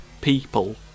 people